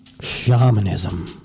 shamanism